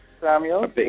Samuel